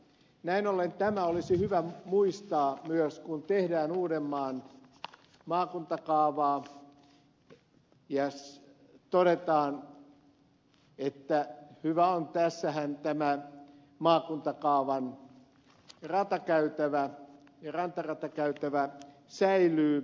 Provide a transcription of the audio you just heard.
näin ollen myös tämä olisi hyvä muistaa kun tehdään uudenmaan maakuntakaavaa ja todetaan että hyvä on tässähän tämä maakuntakaavan rantaratakäytävä säilyy